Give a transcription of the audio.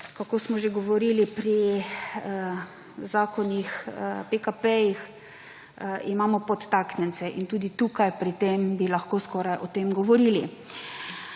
kako smo že govorili pri PKP zakonih – imamo podtaknjence in tudi tukaj pri tem bi lahko skoraj o tem govorili.